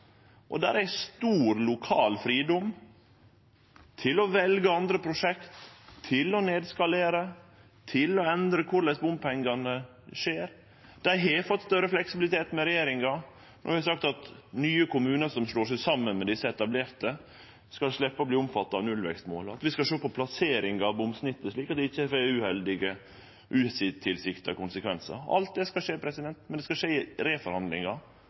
er stor lokal fridom til å velje andre prosjekt, til å nedskalere, til å endre korleis det med bompengane skjer. Dei har fått større fleksibilitet med denne regjeringa, som har sagt at nye kommunar som slår seg saman med dei som er etablerte, skal sleppe å verte omfatta av nullvekstmålet, og at vi skal sjå på plasseringa av bomsnittet, slik at det ikkje får uheldige, utilsikta konsekvensar. Alt det skal skje, men det skal skje i reforhandlingar